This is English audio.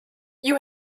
you